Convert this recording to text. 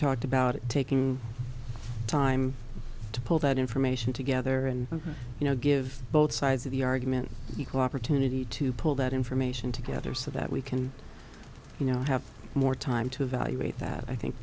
talked about it taking time to pull that information together and you know give both sides of the argument equal opportunity to pull that information together so that we can you know have more time to evaluate that i think